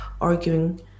arguing